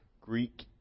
Greek